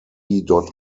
dot